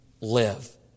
live